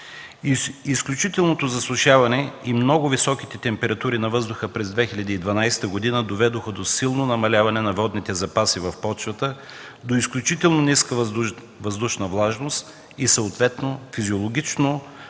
Изключителното засушаване и много високите температури на въздуха през 2012 г. доведоха до силно намаляване на водните запаси в почвата, до изключително ниска въздушна влажност и съответно физиологично отслабване,